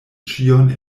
ĉion